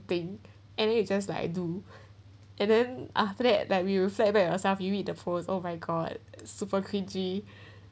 think and then you just like do and then after that like we will reflect back some of post oh my god super cringey